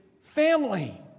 family